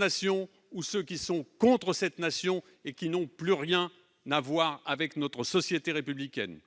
à ceux qui sont contre cette nation et qui n'ont plus rien à voir avec notre société républicaine.